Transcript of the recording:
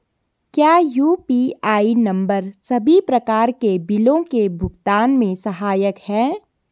क्या UPI number सभी प्रकार के बिलों के भुगतान में सहायक हैं?